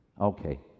Okay